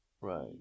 Right